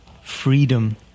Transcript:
Freedom